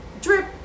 drip